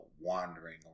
wandering